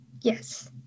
Yes